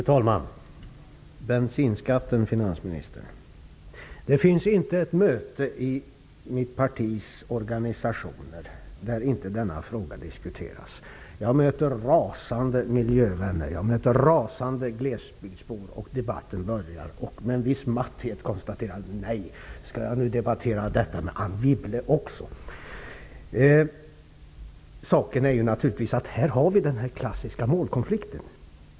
Fru talman! Jag vill tala om bensinskatten, finansministern. Det finns inte ett möte i mitt partis organisationer där denna fråga inte diskuteras. Jag möter rasande miljövänner och rasande glesbygdsbor, och debatten böljar. Med viss matthet konstaterar jag: Nej, skall jag debattera detta med Anne Wibble också. Vi har här en klassisk målkonflikt.